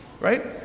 Right